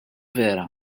vera